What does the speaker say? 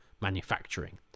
manufacturing